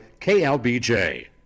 KLBJ